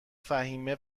فهیمه